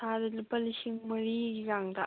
ꯁꯥꯔ ꯂꯨꯄꯥ ꯂꯤꯁꯤꯡ ꯃꯔꯤꯒꯤ ꯆꯥꯡꯗ